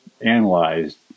analyzed